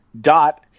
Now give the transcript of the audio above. dot